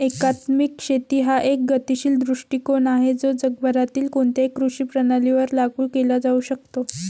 एकात्मिक शेती हा एक गतिशील दृष्टीकोन आहे जो जगभरातील कोणत्याही कृषी प्रणालीवर लागू केला जाऊ शकतो